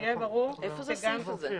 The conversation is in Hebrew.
איפה זה כתוב?